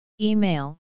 Email